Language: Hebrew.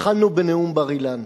התחלנו בנאום בר-אילן.